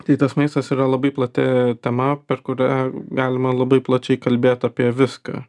tai tas maistas yra labai plati tema per kurią galima labai plačiai kalbėt apie viską